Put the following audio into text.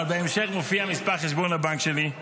אבל בהמשך מופיע מספר חשבון הבנק שלי,